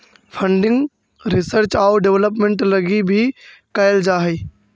funding research आउ development लगी भी कैल जा हई